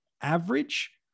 average